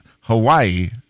Hawaii